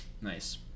nice